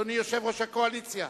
אדוני יושב-ראש הקואליציה,